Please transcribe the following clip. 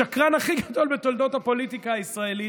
השקרן הכי גדול בתולדות הפוליטיקה הישראלית,